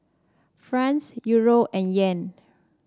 France Euro and Yen